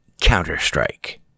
Counter-Strike